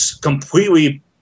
completely